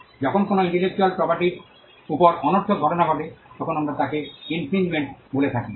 যখন কোনও ইন্টেলেকচুয়াল প্রপার্টির উপর অনর্থক ঘটনা ঘটে তখন আমরা তাকে ইনফ্রিঞ্জমেন্ট বলে থাকি